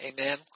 Amen